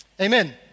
Amen